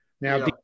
Now